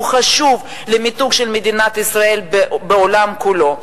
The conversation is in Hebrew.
שהוא חשוב למיתוג של מדינת ישראל בעולם כולו.